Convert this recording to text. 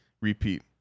Repeat